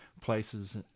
places